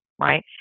right